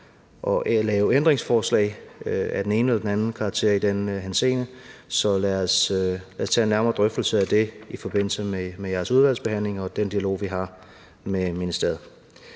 at lave ændringsforslag af den ene eller den anden karakter i den henseende, så lad os tage en nærmere drøftelse af det i forbindelse med jeres udvalgsbehandling og den dialog, vi har med ministeriet.